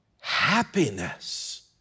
happiness